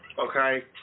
Okay